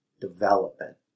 development